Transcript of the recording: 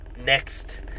next